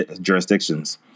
jurisdictions